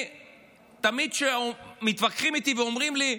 תמיד כשמתווכחים איתי ואומרים לי: